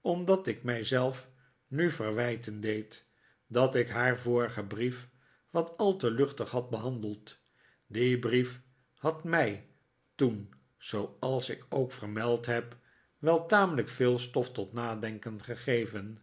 omdat ik mij zelf nu verwijten deed dat ik haar vorigen brief wat al te luchtig had behandeld die brief had mij toen zooals ik ook vermeld heb wel tamelijk veel stof tot nadenken gegeven